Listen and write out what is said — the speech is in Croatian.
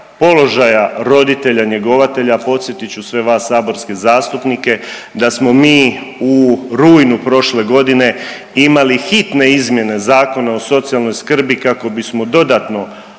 položaja roditelja njegovatelja, podsjetit ću sve vas saborske zastupnike da smo mi u rujnu prošle godine imali hitne izmjene Zakona o socijalnoj skrbi kako bismo dodatno